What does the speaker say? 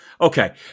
Okay